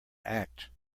act